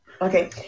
Okay